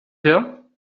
her